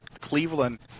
Cleveland